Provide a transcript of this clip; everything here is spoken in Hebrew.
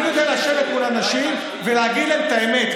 אני יודע לשבת מול אנשים ולהגיד להם את האמת.